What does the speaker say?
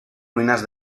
ruinas